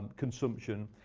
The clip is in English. consumption.